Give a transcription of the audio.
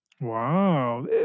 Wow